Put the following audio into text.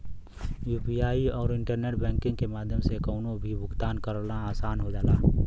UPI आउर internet banking के माध्यम से कउनो भी भुगतान करना आसान हो जाला